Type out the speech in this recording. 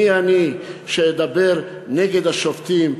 מי אני שאדבר נגד השופטים?